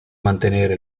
mantenere